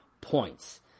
points